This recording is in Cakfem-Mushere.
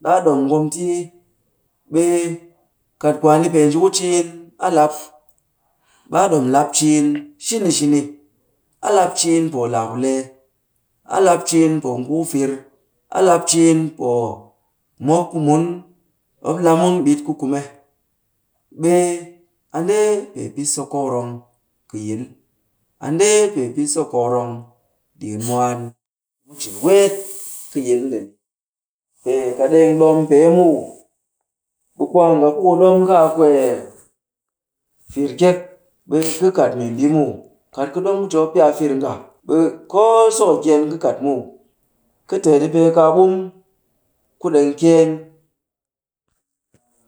Ɗaa ɗom ngomtii. Ɓe kat kwaani pee nji ku ciin, a lap. Ɓe a ɗom lap ciin shini shini. A lap ciin poo laa kulee a lap ciin poo ngu ku fir a lap ciin poo mop ku mun, mop la mun ɓit ku kume. Ɓe a ndee pee pɨ so kokorong kɨ yil. A ndee pee pɨ so kokorong ɗikin mwaan ku mu cin weet kɨ yil ndeni. Pee kat ɗeng ɗom pee muw, be kwaanga ku ka ɗom ka a kwee fir kyek, ɓe ka kat membii muw. Kat ka ɗom ku ti mop pɨ a fir nga, ɓe koo so kɨkyeen, ka kat muw. Ka teet a pee kaa ɓum ku ɗeng kyeen.